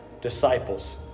disciples